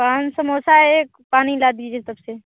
पाँच समोसा एक पानी ला दीजिए तब से